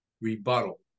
rebuttal